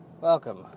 Welcome